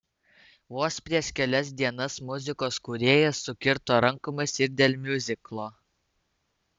vos prieš kelias dienas muzikos kūrėjas sukirto rankomis ir dėl miuziklo